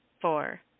Four